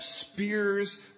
spears